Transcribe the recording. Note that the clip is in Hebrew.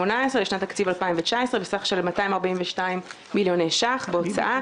לשנת התקציב 2019 בסך של 242 מיליוני שקלים בהוצאה,